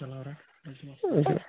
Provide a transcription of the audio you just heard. اَچھا